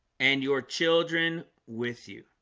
and your children with you